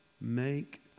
make